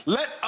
let